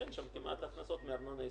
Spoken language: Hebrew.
אין שם כמעט הכנסות מארנונה עסקית,